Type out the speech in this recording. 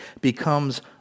becomes